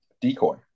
decoy